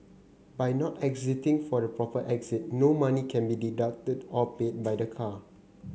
by not exiting from the proper exit no money can be deducted or paid by the car